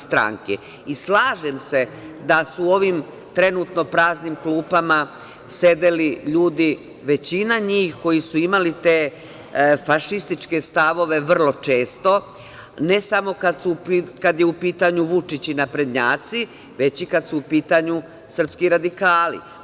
Slažem se da su ovim trenutno praznim klupama sedeli ljudi, većina njih koji su imali te fašističke stavove, vrlo često ne samo kada su u pitanju Vučić i naprednjaci, već kad su u pitanju srpski radikali.